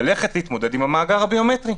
להתמודד עם המאגר הביומטרי.